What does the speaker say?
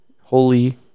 holy